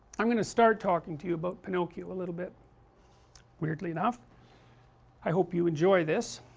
i am going to start talking to you about pinocchio a little bit weirdly enough i hope you enjoy this